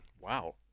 Wow